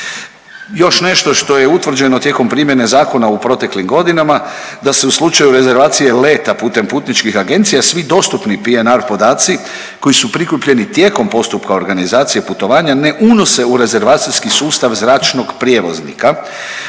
Još nešto što je utvrđeno tijekom primjene zakona u proteklim godinama, da se u slučaju rezervacije leta putem putničkih agencija svi dostupni PNR podaci koji su prikupljeni tijekom postupka organizacije putovanja ne unose u rezervacijski sustav zračnog prijevoznika